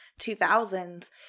2000s